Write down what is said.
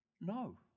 no